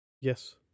Yes